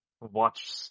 Watch